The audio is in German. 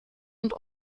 und